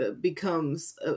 becomes